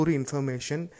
information